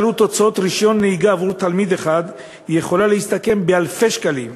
עלות הוצאת רישיון נהיגה עבור תלמיד אחד יכולה להסתכם באלפי שקלים.